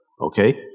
okay